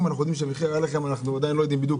ואנחנו עדיין לא יודעים היום בדיוק